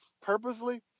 purposely